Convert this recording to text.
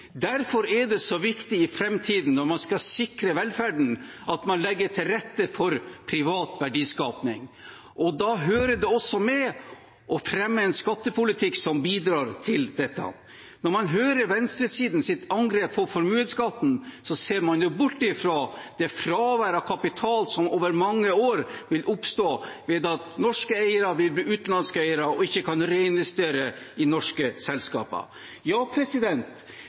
Derfor er det så viktig i framtiden, når man skal sikre velferden, at man legger til rette for privat verdiskaping. Da hører det også med å fremme en skattepolitikk som bidrar til dette. Når man hører venstresidens angrep på formuesskatten, ser man bort fra det fraværet av kapital som over mange år vil oppstå ved at norske eiere vil bli utenlandske eiere og ikke kan reinvestere i norske selskaper.